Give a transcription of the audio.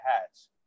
hats